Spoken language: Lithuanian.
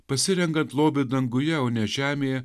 pasirenkant lobį danguje o ne žemėje